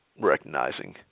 recognizing